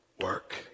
work